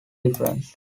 difference